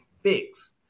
fix